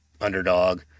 underdog